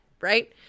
right